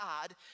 God